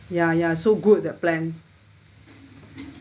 ya ya so good the plan